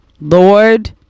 Lord